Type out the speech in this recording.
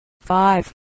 five